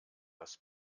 das